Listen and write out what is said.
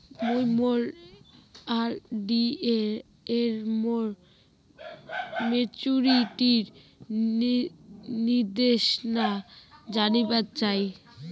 মুই মোর আর.ডি এর মোর মেচুরিটির নির্দেশনা জানিবার চাই